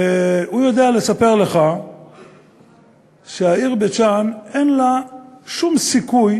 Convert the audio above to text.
והוא יודע לספר לך שהעיר בית-שאן אין לה שום סיכוי